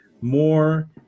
more